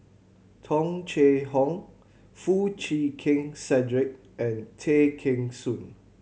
Tung Chye Hong Foo Chee Keng Cedric and Tay Kheng Soon